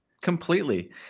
completely